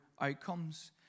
outcomes